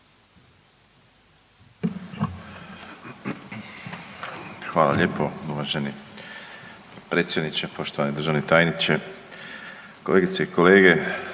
Hvala lijepa poštovani potpredsjedniče HS-a. Poštovani državni tajniče, kolegice i kolege.